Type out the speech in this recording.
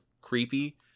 creepy